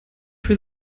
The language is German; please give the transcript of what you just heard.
für